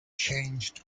changed